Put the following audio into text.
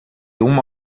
uma